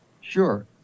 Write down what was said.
Sure